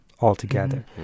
altogether